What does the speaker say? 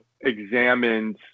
examined